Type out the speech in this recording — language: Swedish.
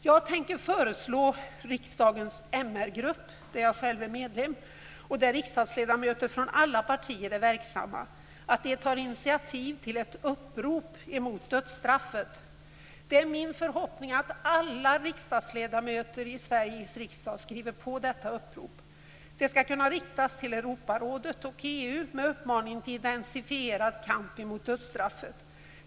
Jag tänker föreslå att riksdagens MR-grupp, där jag själv är medlem och där riksdagsledamöter från alla partier är verksamma, tar initiativ till ett upprop mot dödsstraffet. Det är min förhoppning att alla ledamöter i Sveriges riksdag skriver på detta upprop. Det skall kunna riktas till Europarådet och EU med uppmaning till intensifierad kamp mot dödsstraffet.